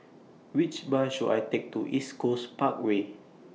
Which Bus should I Take to East Coast Parkway